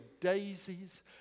daisies